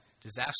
disaster